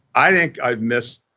i think i've missed